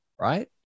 right